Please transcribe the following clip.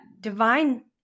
divine